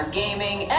gaming